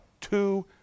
two